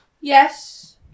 Yes